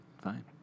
fine